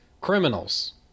Criminals